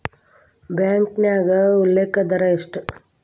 ಬ್ಯಾಂಕ್ನ್ಯಾಗ ಉಲ್ಲೇಖ ದರ ಎಷ್ಟ